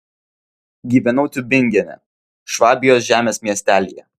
gyvenau tiubingene švabijos žemės miestelyje